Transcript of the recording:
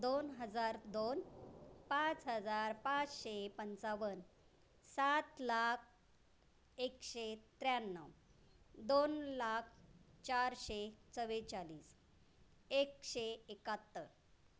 दोन हजार दोन पाच हजार पाचशे पंचावन्न सात लाख एकशे त्र्याण्णव दोन लाख चारशे चव्वेचाळीस एकशे एक्काहत्तर